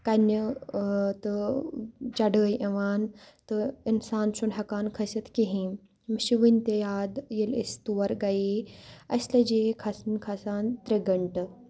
کَنہِ تہٕ چڑٲے یِوان تہٕ اِنسان چھُنہٕ ہٮ۪کان کھٔسِتھ کِہیٖنۍ مےٚ چھِ وٕنہِ تہِ یاد ییٚلہِ أسۍ تور گٔیے اَسہِ لَجے کھَسُن کھَسان ترٛےٚ گَنٹہٕ